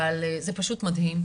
אבל זה פשוט מדהים,